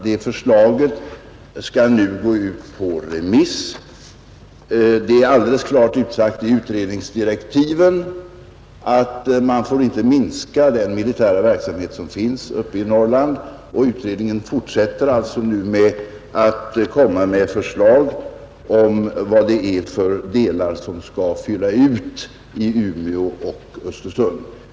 Det förslaget skall nu gå ut på remiss. Det är alldeles klart utsagt i utredningsdirektiven att man inte får minska den militära verksamhet som finns uppe i Norrland, och utredningen fortsätter alltså nu med att lägga fram förslag om vilka delar som skall tas i anspråk för att fylla ut verksamheten i Umeå och Östersund.